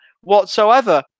whatsoever